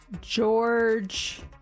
George